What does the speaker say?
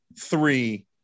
three